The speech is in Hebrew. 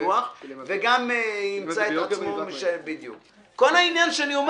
וגם ימצא את עצמו -- -כל העניין שאני אומר